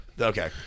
Okay